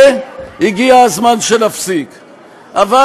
קל לך לפנות אליה, מה אתה עונה למיכל?